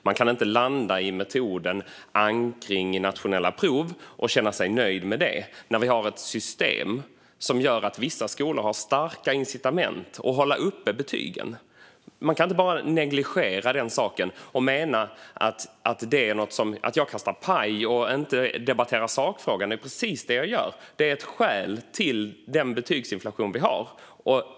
Man kan inte landa i metoden att ankra i nationella prov och känna sig nöjd med det när vi har ett system som gör att vissa skolor har starka incitament att hålla uppe betygen. Man kan inte bara negligera det och säga att jag kastar paj och inte debatterar sakfrågan, vilket är precis vad jag gör. Det är ett skäl till den betygsinflation som vi har.